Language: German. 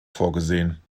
vorgesehen